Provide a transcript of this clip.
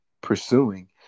pursuing